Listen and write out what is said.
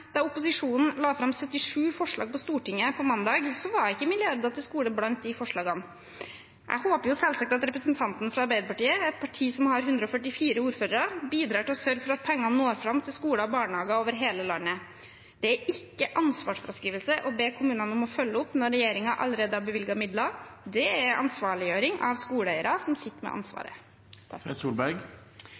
da opposisjonen la fram 77 forslag på Stortinget på mandag, var ikke milliarder til skole blant de forslagene. Jeg håper selvsagt at representanten fra Arbeiderpartiet, et parti som har 144 ordførere, bidrar til å sørge for at pengene når fram til skoler og barnehager over hele landet. Det er ikke ansvarsfraskrivelse å be kommunene om å følge opp når regjeringen allerede har bevilget midler. Det er ansvarliggjøring av skoleeierne, som sitter med ansvaret.